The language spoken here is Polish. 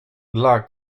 dla